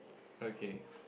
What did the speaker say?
okay